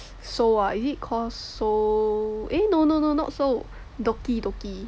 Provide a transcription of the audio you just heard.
Seo~ what is it called Seo~ eh no no no not Seoul Garden Dookki Dookki